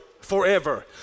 forever